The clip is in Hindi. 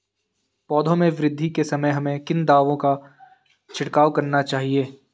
पौधों में वृद्धि के समय हमें किन दावों का छिड़काव करना चाहिए?